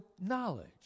knowledge